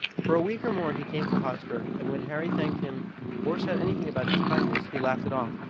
for a week or more he came for hotspur, and when harry thanked him or said anything about his kindness, he laughed it off,